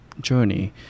journey